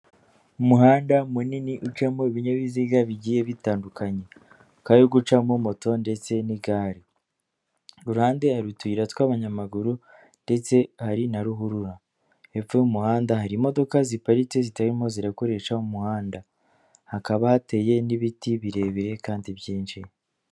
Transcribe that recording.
Umuhanda munini ucamo ibinyabiziga bigiye bitandukanye ukaba uri gucamo moto ndetse n'igare, ku ruhande hari utuyira tw'abanyamaguru ndetse hari na ruhurura, hepfo y'umuhanda hari imodoka ziparitse zitarimo zirakoresha umuhanda, hakaba hateye n'ibiti birebire kandi byinshi.